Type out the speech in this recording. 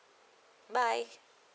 bye